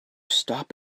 stop